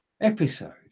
episode